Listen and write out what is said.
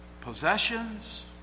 Possessions